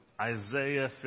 Isaiah